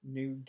New